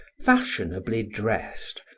fashionably dressed,